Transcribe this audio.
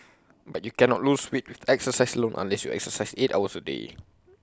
but you cannot lose weight with exercise alone unless you exercise eight hours A day